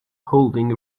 holding